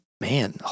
Man